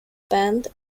band